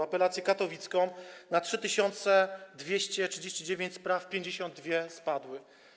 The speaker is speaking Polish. Apelacja katowicka - na 3239 spraw 52 spadły.